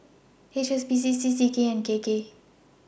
H S B C C C K and K K